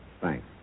Thanks